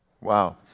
Wow